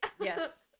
Yes